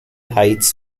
heights